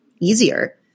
easier